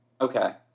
Okay